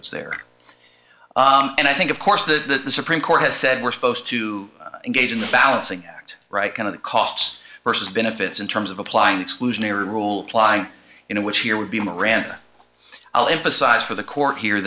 was there and i think of course the supreme court has said we're supposed to engage in the balancing act right kind of the costs versus benefits in terms of applying exclusionary rule apply you know which here would be miranda i'll emphasize for the court here